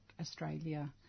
Australia